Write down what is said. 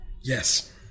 Yes